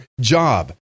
job